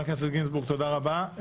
תודה רבה.